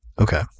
Okay